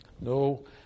No